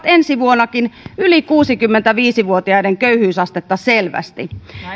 ensi vuonnakin yli kuusikymmentäviisi vuotiaiden köyhyysastetta selvästi